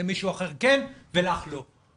למישהו אחר כן ולך לא.